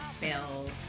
Bill